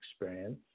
experience